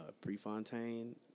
Prefontaine